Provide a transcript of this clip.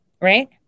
Right